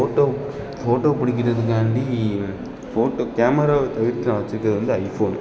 photo photo பிடிக்கிறதுக்காண்டி நான் photo கேமராவை தவிர்த்து நான் வச்சுருக்கறது வந்து ஐஃபோன்